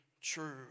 true